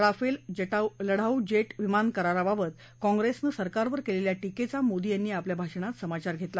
Rafale लढाऊ जे विमानाकराराबाबत काँग्रेसने सरकारवर केलेल्या िफ्रिचा मोदी यांनी आपल्या भाषणात समाचार घेतला